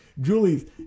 Julie's